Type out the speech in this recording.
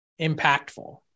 impactful